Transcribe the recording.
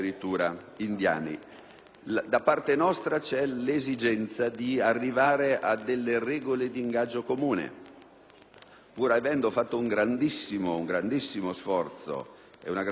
Da parte nostra c'è l'esigenza di arrivare a delle regole di ingaggio comuni. Pur avendo fatto un grandissimo sforzo e una grandissima operazione,